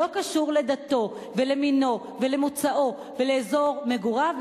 לא קשור לדתו ולמינו ולמוצאו ולאזור מגוריו,